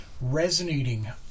resonating